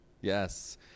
Yes